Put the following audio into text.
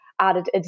added